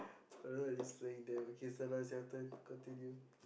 I was just laying there okay so now is your turn continue